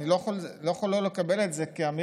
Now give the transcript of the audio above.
אני לא יכול לא לקבל את זה כאמירה,